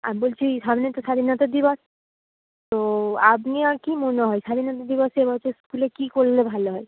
আর বলছি সামনে তো স্বাধীনতা দিবস তো আপনি আর কি মনে হয় স্বধীনতা দিবসে এ বছর স্কুলে কী করলে ভালো হয়